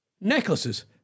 necklaces